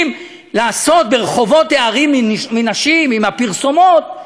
לעשות ברחובות הערים מנשים עם הפרסומות,